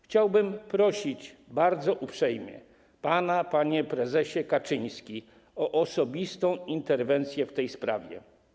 Chciałbym prosić bardzo uprzejmie pana, panie prezesie Kaczyński, o osobistą interwencję w tej sprawie.